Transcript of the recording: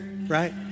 right